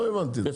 לא הבנתי את זה.